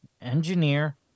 engineer